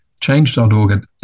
change.org